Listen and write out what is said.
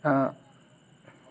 ହଁ